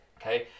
Okay